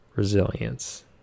resilience